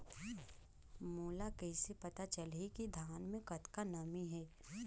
मोला कइसे पता चलही की धान मे कतका नमी हे?